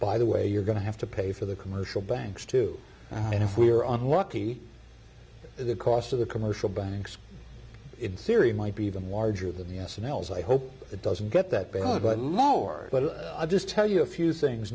by the way you're going to have to pay for the commercial banks too and if we are unlucky the cost of the commercial banks in syria might be even larger than the s n l's i hope it doesn't get that bad but more but i'll just tell you a few things